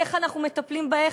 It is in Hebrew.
איך אנחנו מטפלים בהן,